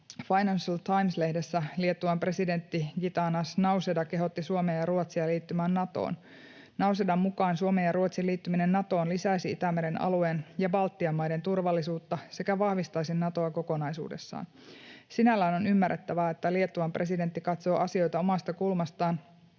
Financial Times ‑lehdessä Liettuan presidentti Gitanas Nausėda kehotti Suomea ja Ruotsia liittymään Natoon. Nausėdan mukaan Suomen ja Ruotsin liittyminen Natoon lisäisi Itämeren alueen ja Baltian maiden turvallisuutta sekä vahvistaisi Natoa kokonaisuudessaan. Sinällään on ymmärrettävää, että Liettuan presidentti katsoo asioita omasta kulmastaan,